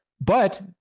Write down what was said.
But-